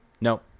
no